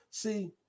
See